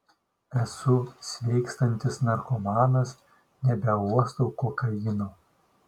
esu sveikstantis narkomanas nebeuostau kokaino